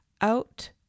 out